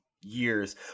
years